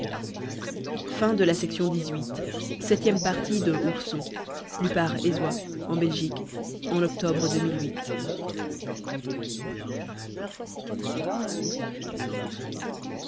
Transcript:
en pierreries de